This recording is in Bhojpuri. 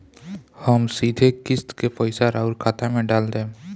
हम सीधे किस्त के पइसा राउर खाता में डाल देम?